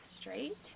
straight